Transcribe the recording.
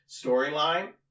storyline